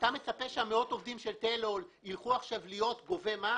אתה מצפה שמאות העובדים של טלאול ילכו עכשיו להיות גובי מס